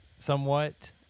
Somewhat